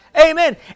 Amen